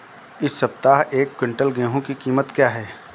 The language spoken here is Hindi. इस सप्ताह एक क्विंटल गेहूँ की कीमत क्या है?